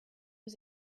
was